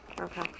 Okay